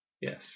Yes